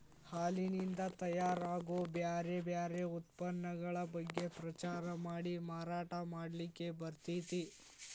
ಹಾಲಿನಿಂದ ತಯಾರ್ ಆಗೋ ಬ್ಯಾರ್ ಬ್ಯಾರೆ ಉತ್ಪನ್ನಗಳ ಬಗ್ಗೆ ಪ್ರಚಾರ ಮಾಡಿ ಮಾರಾಟ ಮಾಡ್ಲಿಕ್ಕೆ ಬರ್ತೇತಿ